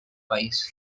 país